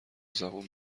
زبون